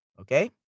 Okay